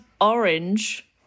orange